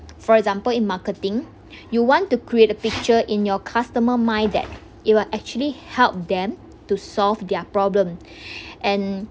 for example in marketing you want to create a picture in your customer mind that you are actually help them to solve their problem and